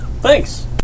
Thanks